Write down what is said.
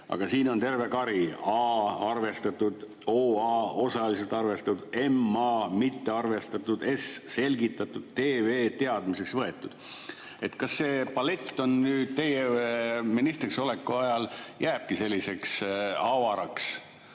Aga siin on neid terve kari: A – arvestatud, OA – osaliselt arvestatud, MA – mitte arvestatud, S – selgitatud, TV – teadmiseks võetud. Kas see palett teie ministriks oleku ajal jääbki selliseks avaraks